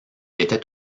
était